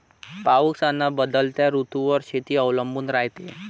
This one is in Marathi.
पाऊस अन बदलत्या ऋतूवर शेती अवलंबून रायते